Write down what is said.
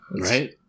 right